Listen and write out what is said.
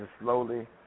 slowly